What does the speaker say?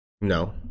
No